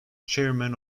chairman